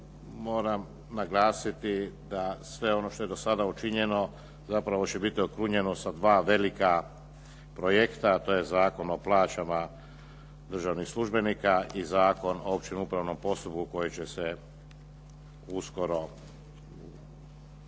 moram naglasiti da sve ono što je do sada učinjeno, zapravo će biti okrunjeno sa dva velika projekta a to je Zakon o plaćama državnih službenika i Zakon o općem upravnom postupku o kojem će se uskoro u